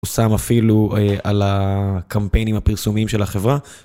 הוא שם אפילו על הקמפיינים הפרסומיים של החברה.